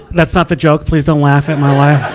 that's not the joke please don't laugh at my